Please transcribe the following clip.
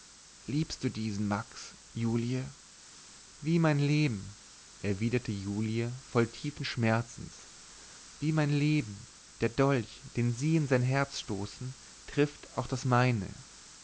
liebst du diesen max julie wie mein leben erwiderte julie voll tiefen schmerzes wie mein leben der dolch den sie in sein herz stoßen trifft auch das meine